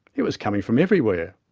it was coming from everywhere.